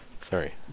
Sorry